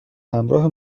همراه